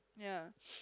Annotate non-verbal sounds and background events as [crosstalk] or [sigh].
ya [noise]